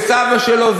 וסבא שלו,